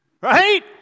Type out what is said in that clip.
right